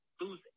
losing